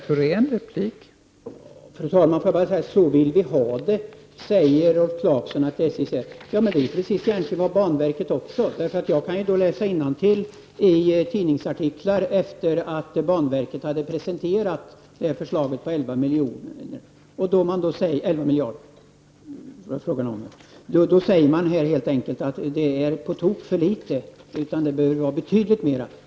Fru talman! Rolf Clarkson hävdar att SJ säger att ”så vill vi ha det”. Men det är precis vad även banverket säger. Jag har läst innantill i tidningsartiklar vad som har stått där efter det att banverket presenterade förslaget om 11 miljarder kronor. Banverket framhåller att det är på tok för litet pengar och att det behövs betydligt mera.